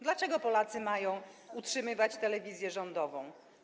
Dlaczego Polacy mają utrzymywać telewizję rządową?